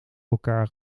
elkaar